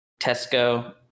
Tesco